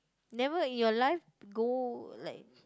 never in your life go like